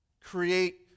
create